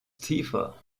tiefer